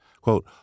quote